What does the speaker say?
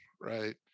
right